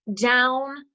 down